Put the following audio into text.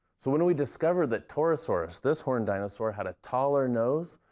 so, when we discovered that torosaurus, this horned dinosaur had a taller nose,